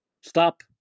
stop